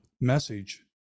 message